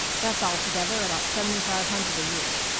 that's altogether about seventy-five hundred a year.